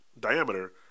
diameter